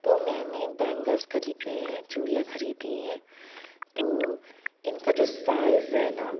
تو میں نے بینگلس خریدنے ہیں چوڑیاں خریدی ہیں تو اِن کا جو سائز ہے نا